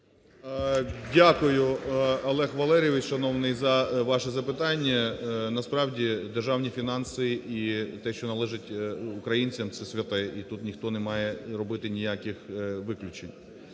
Дякую, Олег Валерійович шановний, за ваше запитання. Насправді, державні фінанси і те, що належить українцям – це святе, і тут ніхто не має робити ніяких виключено.